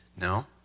No